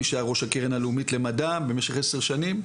מי שהיה ראש הקרן הלאומית למדע במשך 10 שנים,